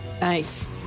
Nice